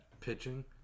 Pitching